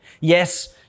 Yes